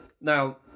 now